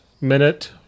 minute